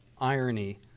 irony